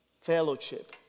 fellowship